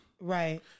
Right